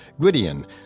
Gwydion